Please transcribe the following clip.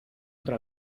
otra